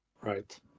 right